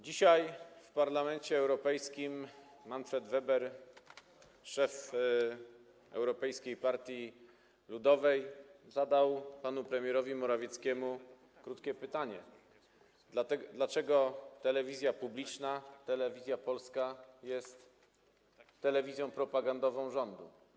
Dzisiaj w Parlamencie Europejskim Manfred Weber, szef Europejskiej Partii Ludowej, zadał panu premierowi Morawieckiemu krótkie pytanie: Dlaczego telewizja publiczna, Telewizja Polska, jest telewizją propagandową rządu?